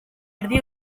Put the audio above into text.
erdi